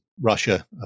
Russia